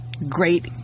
great